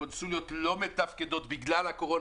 הקונסוליות לא מתפקדות בגלל הקורונה.